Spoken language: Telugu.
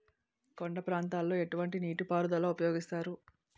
కొండ ప్రాంతాల్లో ఎటువంటి నీటి పారుదల ఉపయోగిస్తారు?